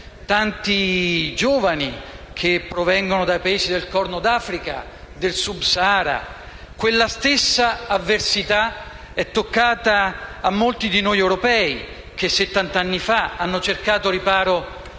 tanti giovani che provengono dai Paesi del Corno d'Africa, del Sub-Sahara. Quella stessa avversità è toccata a molti europei, che settant'anni fa hanno cercato riparo altrove,